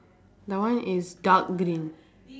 that one is dark green